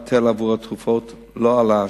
ההיטל עבור התרופות לא עלה השנה.